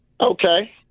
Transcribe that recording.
Okay